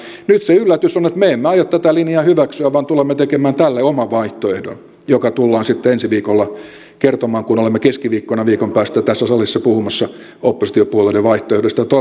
nyt se yllätys on että me emme aio tätä linjaa hyväksyä vaan tulemme tekemään tälle oman vaihtoehdon joka tullaan sitten ensi viikolla kertomaan kun olemme keskiviikkona viikon päästä tässä salissa puhumassa oppositiopuolueiden vaihtoehdoista